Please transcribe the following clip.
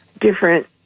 different